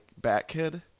Bat-Kid